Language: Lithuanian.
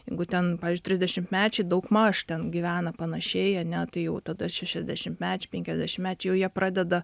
jeigu ten pavyzdžiui trisdešimtmečiai daugmaž ten gyvena panašiai ane tai jau tada šešiasdešimtmečiai penkiasdešimtmečiai jau jie pradeda